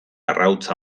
arrautza